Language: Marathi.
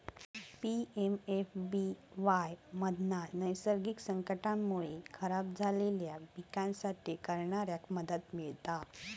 पी.एम.एफ.बी.वाय मधना नैसर्गिक संकटांमुळे खराब झालेल्या पिकांसाठी करणाऱ्याक मदत मिळता